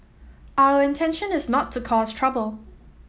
our intention is not to cause trouble